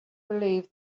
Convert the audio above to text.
believe